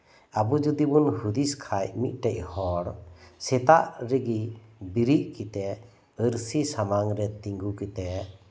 ᱟᱵᱚ ᱡᱚᱫᱤ ᱵᱚᱱ ᱦᱩᱫᱤᱥ ᱠᱷᱟᱡ ᱢᱤᱫᱴᱮᱡ ᱦᱚᱲ ᱥᱮᱛᱟᱜ ᱨᱮᱜᱮ ᱵᱮᱨᱮᱫ ᱠᱟᱛᱮᱜ ᱟᱹᱨᱥᱤ ᱥᱟᱢᱟᱝ ᱨᱮ ᱛᱤᱸᱜᱩ ᱠᱟᱛᱮᱜ